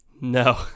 No